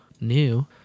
new